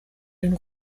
den